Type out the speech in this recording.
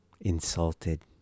insulted